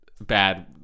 bad